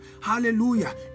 hallelujah